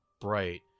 bright